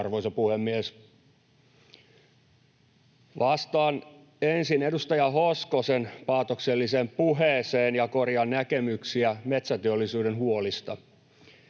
Arvoisa puhemies! Vastaan ensin edustaja Hoskosen paatokselliseen puheeseen ja korjaan näkemyksiä metsäteollisuuden huolista.